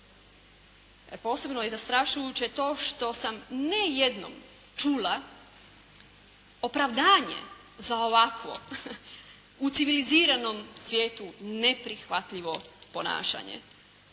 Posebno je zastrašujuće to što sam, ne jedno čula opravdanje za ovakvo u civiliziranom svijetu neprihvatljivo ponašanje